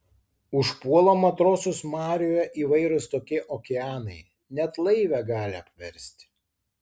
užpuola matrosus marioje įvairūs tokie okeanai net laivę gali apversti